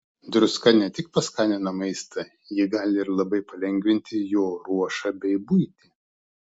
druska ne tik paskanina maistą ji gali ir labai palengvinti jo ruošą bei buitį